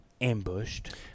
ambushed